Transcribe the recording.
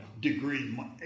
degree